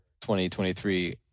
2023